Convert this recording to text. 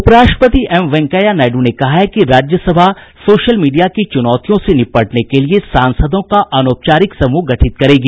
उपराष्ट्रपति एम वेंकैया नायडू ने कहा कि राज्यसभा सोशल मीडिया की चुनौतियों से निपटने के लिए सांसदों का अनौपचारिक समूह गठित करेगी